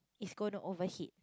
is going to overheat